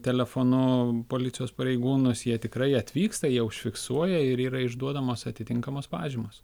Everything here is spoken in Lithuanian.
telefonu policijos pareigūnus jie tikrai atvyksta jie užfiksuoja ir yra išduodamos atitinkamos pažymos